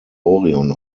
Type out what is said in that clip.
orion